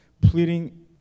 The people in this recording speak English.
pleading